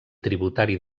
tributari